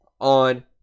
on